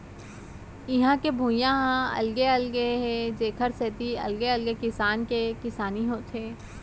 इहां के भुइंया ह अलगे अलगे हे जेखर सेती अलगे अलगे किसम के किसानी होथे